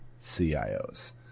CIOs